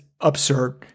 absurd